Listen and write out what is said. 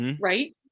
Right